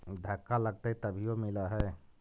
धक्का लगतय तभीयो मिल है?